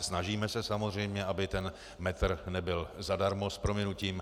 Snažíme se samozřejmě, aby ten metr nebyl zadarmo, s prominutím.